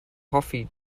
hoffi